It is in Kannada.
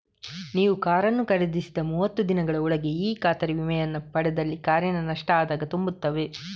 ನೀವು ಕಾರನ್ನು ಖರೀದಿಸಿದ ಮೂವತ್ತು ದಿನಗಳ ಒಳಗೆ ಈ ಖಾತರಿ ವಿಮೆಯನ್ನ ಪಡೆದಲ್ಲಿ ಕಾರಿನ ನಷ್ಟ ಆದಾಗ ತುಂಬುತ್ತದೆ